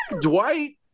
Dwight